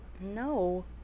No